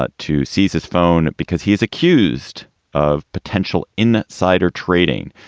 but to seize his phone because he is accused of potential insider trading.